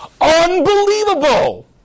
Unbelievable